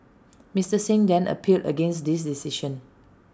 Mister Singh then appealed against this decision